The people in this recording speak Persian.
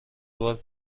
بار